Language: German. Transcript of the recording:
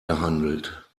gehandelt